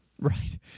right